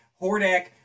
Hordak